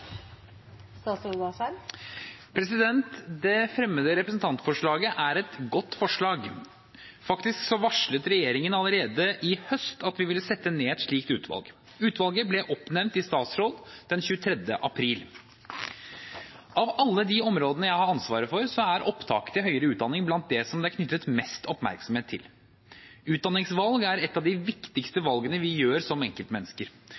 et godt forslag. Faktisk varslet regjeringen allerede i høst at vi ville sette ned et slikt utvalg. Utvalget ble oppnevnt i statsråd den 23. april. Av alle de områdene jeg har ansvaret for, er opptak til høyere utdanning blant dem som det er knyttet mest oppmerksomhet til. Utdanningsvalget er et av de viktigste valgene vi gjør som enkeltmennesker,